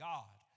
God